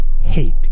hate